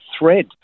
thread